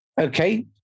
Okay